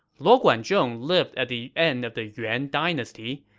luo guanzhong lived at the end of the yuan dynasty,